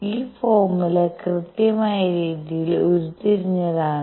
ഈ ഫോർമുല കൃത്യമായ രീതിയിൽ ഉരുത്തിരിഞ്ഞതാണ്